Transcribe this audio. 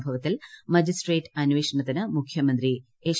സംഭവത്തിൽ മജിസ്ട്രേറ്റ് അന്വേഷണത്തിന് മുഖ്യമന്ത്രി എച്ച്